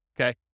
okay